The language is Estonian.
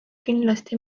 kindlasti